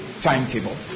timetable